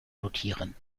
notieren